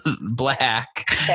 black